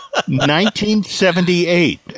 1978